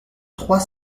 trois